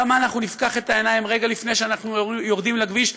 כמה אנחנו נפקח את העיניים רגע לפני שאנחנו יורדים לכביש,